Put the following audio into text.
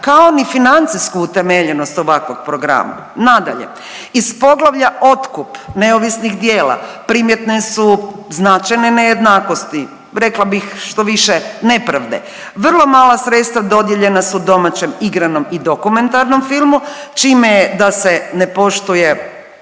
kao ni financijsku utemeljenost ovakvog programa. Nadalje, iz poglavlja otkup neovisnih djela primjetne su značajne nejednakosti, rekla bih što više nepravde. Vrlo mala sredstva dodijeljena su domaćem igranom i dokumentarnom filmu čime je da se ne poštuje